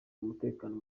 umutekano